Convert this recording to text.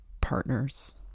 partners